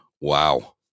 Wow